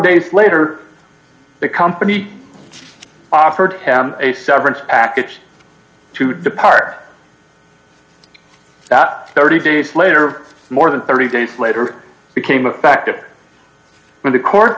days later the company offered him a severance package to depart thirty days later more than thirty days later became a factor in the court